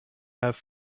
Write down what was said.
have